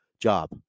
job